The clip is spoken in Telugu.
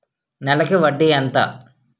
నెలకి వడ్డీ ఎంత?